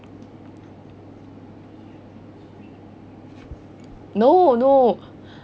no no